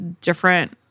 different